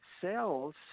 cells